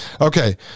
Okay